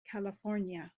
california